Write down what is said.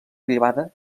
privada